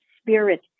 spirit